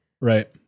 Right